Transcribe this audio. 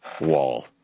wall